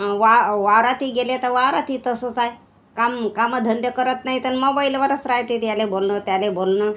वा वावरातही गेले तर वावरातही तसंच आहे काम कामं धंदे करत नाही तर मग मबाईलवरच राहतात याला बोलणं त्याला बोलणं